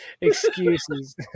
Excuses